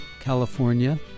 California